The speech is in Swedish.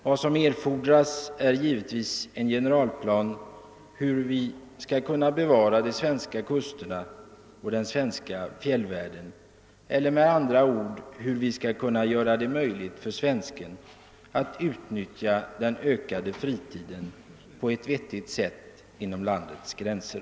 Vad som erfordras är givetvis en generalplan för hur vi skall kunna bevara de svenska kusterna och den svenska fjällvärlden eller, med andra ord, hur vi skall göra det möjligt för svenskar att utnyttja den ökade fritiden på ett vettigt sätt inom landets gränser.